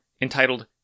entitled